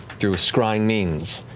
through scrying means.